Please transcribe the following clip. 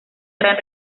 gran